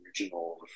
original